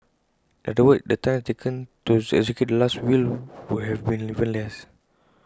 in other words the time taken to execute the Last Will would have been even less